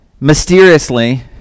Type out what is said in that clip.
mysteriously